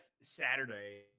Saturday